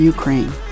Ukraine